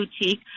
boutique